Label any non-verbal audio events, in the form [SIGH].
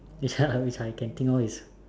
which I [LAUGHS] which I can think of is